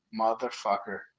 motherfucker